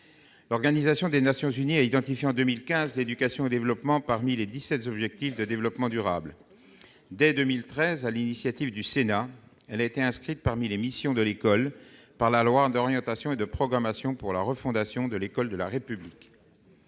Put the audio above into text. L'Organisation des Nations unies a identifié en 2015 l'éducation au développement comme l'un des dix-sept objectifs de développement durable. Dès 2013, sur l'initiative du Sénat, elle a été inscrite parmi les missions de l'école par la loi d'orientation et de programmation pour la refondation de l'école de la République.